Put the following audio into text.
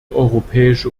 europäische